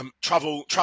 travel